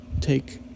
take